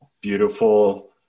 beautiful